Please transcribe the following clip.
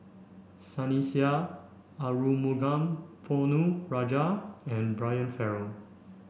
Sunny Sia Arumugam Ponnu Rajah and Brian Farrell